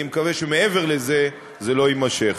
אני מקווה שמעבר לזה זה לא יימשך.